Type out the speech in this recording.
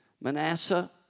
Manasseh